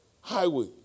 highway